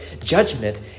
Judgment